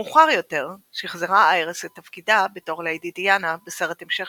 מאוחר יותר שחזרה איירס את תפקידה בתור ליידי דיאנה בסרט המשך